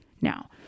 now